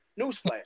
Newsflash